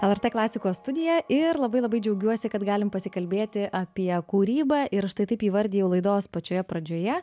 lrt klasikos studiją ir labai labai džiaugiuosi kad galim pasikalbėti apie kūrybą ir aš štai taip įvardijau laidos pačioje pradžioje